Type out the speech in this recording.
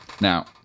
Now